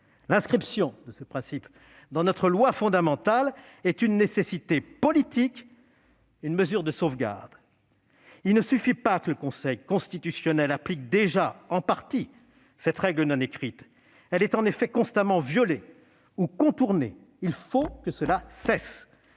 L'inscription de ce principe dans notre loi fondamentale est une nécessité politique, une mesure de sauvegarde. Il ne suffit pas que le Conseil constitutionnel applique déjà en partie cette règle non écrite. Elle est en effet constamment violée ou contournée ; il faut que cela cesse